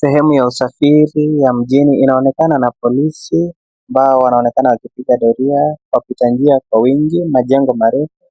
Sehemu ya usafiri ya mjini inaonekana na polisi ambao wanaonekana wakipiga doria, wapita njia kwa wingi, majengo marefu,